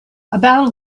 about